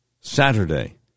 Saturday